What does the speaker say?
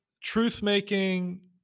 truth-making